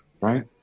right